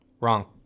Wrong